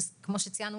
כמו שציינו,